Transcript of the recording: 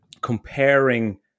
comparing